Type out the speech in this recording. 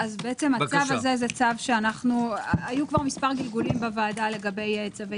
בעצם היו מספר גלגולים בוועדה לגבי צווי